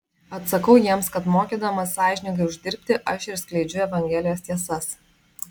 atsakau jiems kad mokydamas sąžiningai uždirbti aš ir skleidžiu evangelijos tiesas